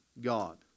God